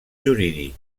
jurídic